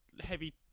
heavy